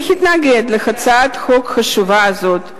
להתנגד להצעת החוק החשובה הזאת.